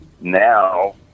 Now